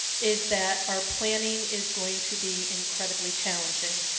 is that our planning is going to be incredibly challenging.